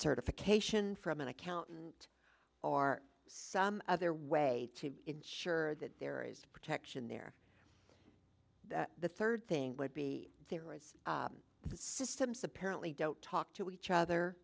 certification from an accountant or some other way to ensure that there is protection there that the third thing would be there as the systems apparently don't talk to each other